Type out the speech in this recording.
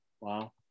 Wow